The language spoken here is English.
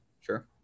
sure